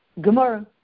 Gemara